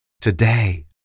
today